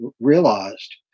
realized